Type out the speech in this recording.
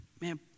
man